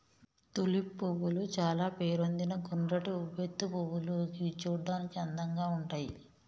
tulip పువ్వులు చాల పేరొందిన గుండ్రటి ఉబ్బెత్తు పువ్వులు గివి చూడడానికి అందంగా ఉంటయ్